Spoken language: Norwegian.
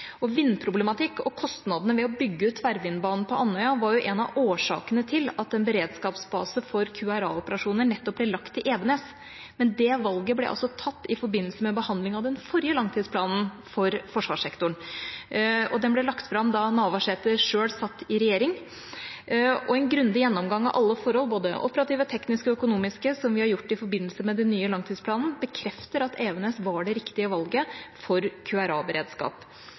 Vindproblematikk og kostnadene ved å bygge ut tverrvindbanen på Andøya var en av årsakene til at en beredskapsbase for QRA-operasjoner ble lagt til Evenes, men det valget ble tatt i forbindelse med behandlingen av den forrige langtidsplanen for forsvarssektoren. Den ble lagt fram da Navarsete selv satt i regjering. En grundig gjennomgang av alle forhold, både operative, tekniske og økonomiske, som vi har gjort i forbindelse med den nye langtidsplanen, bekrefter at Evenes var det riktige valget for